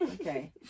Okay